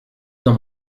dans